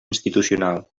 institucional